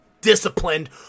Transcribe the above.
disciplined